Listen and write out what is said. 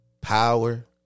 Power